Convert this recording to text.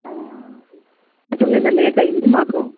అంటే నిన్న లేట్ అయింది మాకు